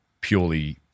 purely